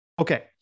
Okay